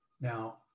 Now